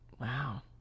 Wow